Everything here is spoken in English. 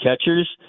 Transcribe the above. catchers